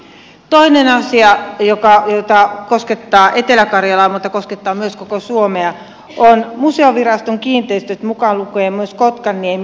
toinen asia joka koskettaa etelä karjalaa mutta koskettaa myös koko suomea on museoviraston kiinteistöt mukaan lukien myös kotkaniemi